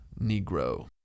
Negro